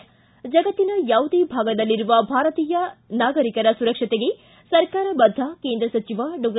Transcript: ಿ ಜಗತ್ತಿನ ಯಾವುದೇ ಭಾಗದಲ್ಲಿರುವ ಭಾರತೀಯ ನಾಗರಿಕರ ಸುರಕ್ಷತೆಗೆ ಸರ್ಕಾರ ಬದ್ಧ ಕೇಂದ್ರ ಸಚಿವ ಡಾಕ್ಷರ್ ಎಸ್